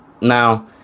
Now